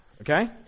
Okay